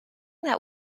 that